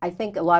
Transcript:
i think a lot